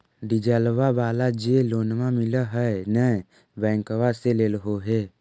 डिजलवा वाला जे लोनवा मिल है नै बैंकवा से लेलहो हे?